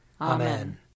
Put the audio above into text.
Amen